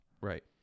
Right